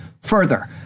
Further